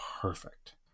perfect